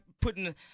putting –